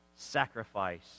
sacrifice